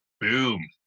Boom